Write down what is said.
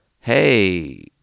hey